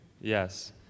Yes